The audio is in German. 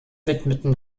widmeten